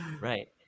Right